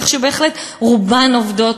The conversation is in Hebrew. כך שבהחלט רובן עובדות,